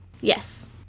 Yes